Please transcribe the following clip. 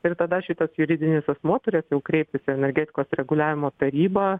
ir tada šitas juridinis asmuo turės jau kreiptis į energetikos reguliavimo tarybą